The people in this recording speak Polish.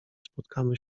spotkamy